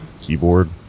keyboard